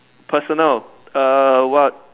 personal err what